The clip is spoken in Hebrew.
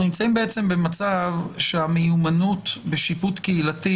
אנחנו נמצאים במצב שהמיומנות בשיפוט קהילתי